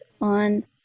on